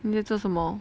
你在做什么